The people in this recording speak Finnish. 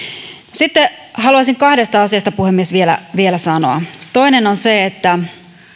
sitten haluaisin kahdesta asiasta puhemies vielä vielä sanoa toinen on se että